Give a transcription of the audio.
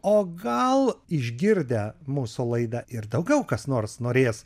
o gal išgirdę mūsų laidą ir daugiau kas nors norės